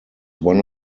one